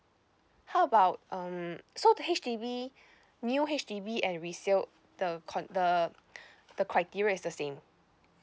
how about um so the H_D_B new H_D_B and resale the con~ the the criteria is the same